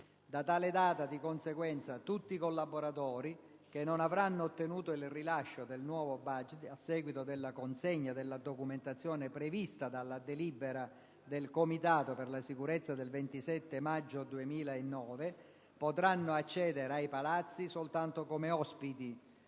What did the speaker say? Da tale data, di conseguenza, tutti i collaboratori che non avranno ottenuto il rilascio del nuovo *badge*, a seguito della consegna della documentazione prevista dalla delibera del Comitato per la sicurezza del 27 maggio 2009, potranno accedere ai palazzi soltanto come ospiti,